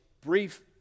brief